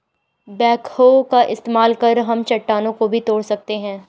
backhoe का इस्तेमाल कर हम चट्टानों को भी तोड़ सकते हैं